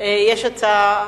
אני מדבר בכל הרצינות,